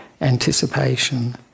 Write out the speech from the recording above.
anticipation